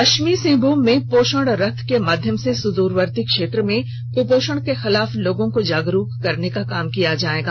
पश्चिमी सिंहभूम में पोषण रथ के माध्यम से सुद्रवर्ती क्षेत्र में कुपोषण के खिलाफ लोगों को जागरूक करने का काम किया जाएगा